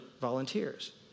volunteers